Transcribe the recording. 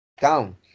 down